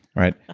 right?